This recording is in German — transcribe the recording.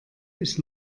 ich